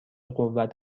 قوت